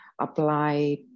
apply